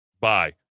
Bye